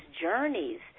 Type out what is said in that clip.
journeys